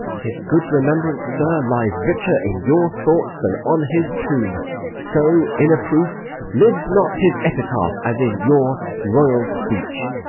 his good remembrance, sir, lies richer in your thoughts than on his tomb so in approof lives not his epitaph as in your royal speech.